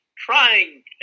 Trying